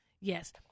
Yes